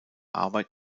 arbeit